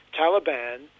Taliban